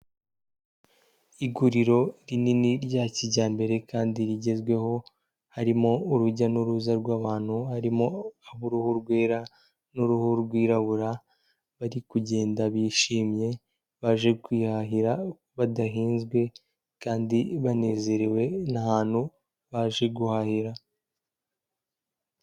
Iguriro rinini rya kijyambere kandi rigezweho, harimo urujya n'uruza rw'abantu, harimo ab'uruhu rwera n'uruhu rwirabura bari kugenda bishimye baje kwihahira badahenzwe kandi banezerewe ni ahantu baje guhahira.